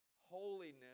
Holiness